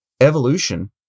evolution